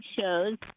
shows